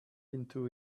into